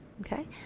okay